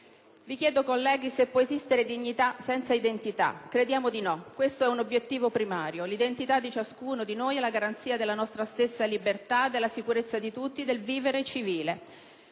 Vi chiedo, colleghi, se può esistere dignità senza identità. Crediamo di no. Questo è un obiettivo primario. L'identità di ciascuno di noi è la garanzia della nostra stessa libertà, della sicurezza di tutti, del vivere civile.